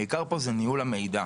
העיקר פה זה ניהול המידע.